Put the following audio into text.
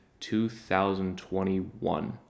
2021